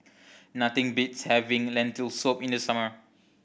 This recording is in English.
nothing beats having Lentil Soup in the summer